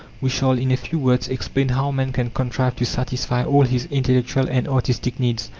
we shall, in a few words, explain how man can contrive to satisfy all his intellectual and artistic needs.